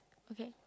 okay